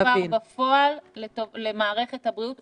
מה התקציב שהועבר בפועל למערכת הבריאות,